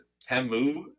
Temu